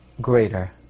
greater